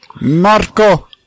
Marco